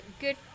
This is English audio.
good